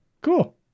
cool